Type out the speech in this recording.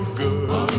good